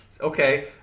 okay